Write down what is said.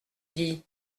dit